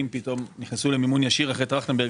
פתאום נכנסו למימון ישיר אחרי טרכטנברג,